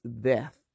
death